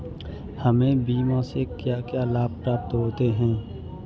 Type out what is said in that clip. हमें बीमा से क्या क्या लाभ प्राप्त होते हैं?